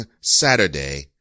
Saturday